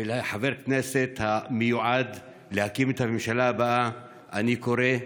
ולחבר הכנסת המיועד להקים את הממשלה הבאה אני קורא: